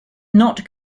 not